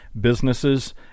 Businesses